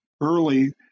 early